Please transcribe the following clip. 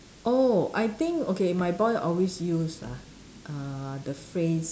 oh I think okay my boy always use ah uh the phrase